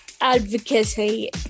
advocacy